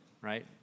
right